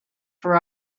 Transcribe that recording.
for